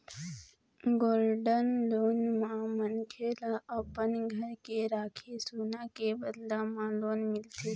gold loan म मनखे ल अपन घर के राखे सोना के बदला म लोन मिलथे